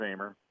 Famer